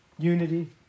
Unity